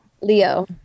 Leo